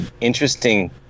interesting